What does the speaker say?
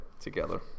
together